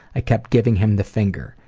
i kept giving him the finger.